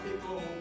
people